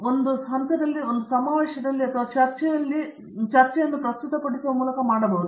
ಈ ಹಂತದಲ್ಲಿ ಒಂದು ಸಮಾವೇಶದಲ್ಲಿ ಅಥವಾ ಚರ್ಚೆಯನ್ನು ಪ್ರಸ್ತುತಪಡಿಸುವ ಮೂಲಕ ಇದನ್ನು ಮಾಡಬಹುದು